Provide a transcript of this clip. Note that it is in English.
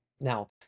Now